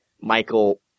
Michael